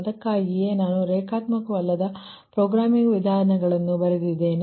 ಅದಕ್ಕಾಗಿಯೇ ನಾನು ರೇಖಾತ್ಮಕವಲ್ಲದ ಪ್ರೋಗ್ರಾಮಿಂಗ್ ವಿಧಾನಗಳನ್ನು ಬರೆದಿದ್ದೇನೆ